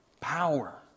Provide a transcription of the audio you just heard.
power